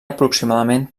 aproximadament